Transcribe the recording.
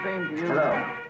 Hello